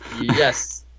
Yes